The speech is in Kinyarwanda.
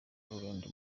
rolland